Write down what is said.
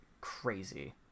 crazy